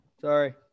Sorry